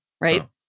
Right